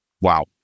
Wow